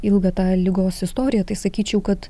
ilgą tą ligos istoriją tai sakyčiau kad